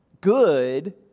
Good